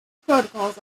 protocols